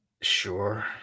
Sure